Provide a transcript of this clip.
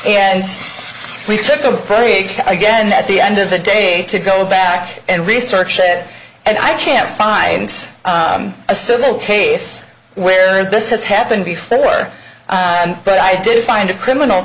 and we took the break again at the end of the day to go back and research it and i can't find a civil case where this has happened before but i did find a criminal